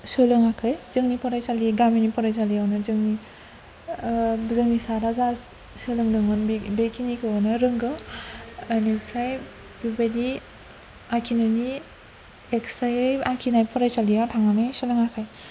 सोलोङाखै जोंनि फरायसालि गामिनि फरायसालियावनो जोंनि जोंनि सारआ जा सोलोंदोंमोन बेखिनिखौनो रोंगौ बेनिफ्राय बेबायदि आखिनायनि एक्सट्रायै आखिनाय फरायसालियाव थांनानै सोलोङाखै